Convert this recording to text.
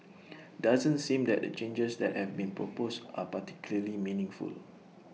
doesn't seem that the changes that have been proposed are particularly meaningful